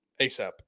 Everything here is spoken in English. asap